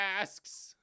asks